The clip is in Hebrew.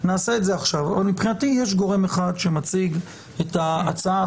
מבחינתי יש גורם אחד שמציג את ההצעה.